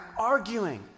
arguing